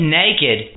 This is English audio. naked